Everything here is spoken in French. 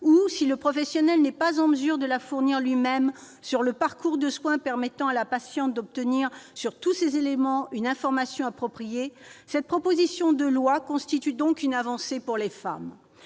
ou, si le professionnel n'est pas en mesure de la fournir lui-même, sur le parcours de soins permettant à la patiente d'obtenir, sur tous ces éléments, une information appropriée, cette proposition de loi constitue donc une avancée pour les femmes.